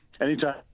Anytime